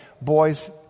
boys